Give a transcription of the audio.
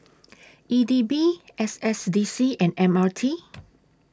E D B S S D C and M R T